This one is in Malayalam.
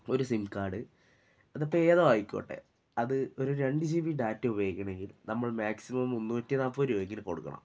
ഒരു സിം കാഡ് അതിപ്പം ഏതോ ആയിക്കോട്ടെ അത് ഒരു രണ്ട് ജി ബി ഡാറ്റ ഉപയോഗിക്കണമെങ്കിൽ നമ്മൾ മാക്സിമം മുന്നൂറ്റി നാൽപ്പത് രൂപയെങ്കിലും കൊടുക്കണം